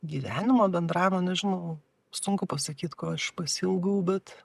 gyvenimo bendravimo nežinau sunku pasakyt ko aš pasiilgau bet